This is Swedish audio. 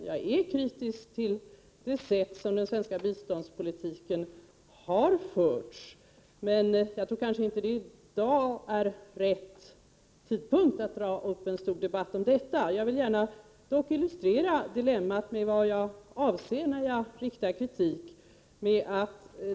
Jag är kritisk till det sätt på vilket den svenska biståndspolitiken har förts, men jag tror inte att det är rätt tidpunkt att i dag dra upp en stor debatt om detta. Jag vill dock gärna illustrera det dilemma jag avser när jag riktar min kritik.